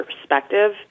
perspective